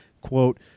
quote